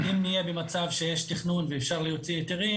אם נהיה במצב שבו יש תכנון ואפשר להוציא היתרים,